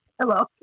Hello